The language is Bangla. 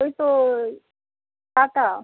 ওই তো টাটা